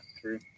true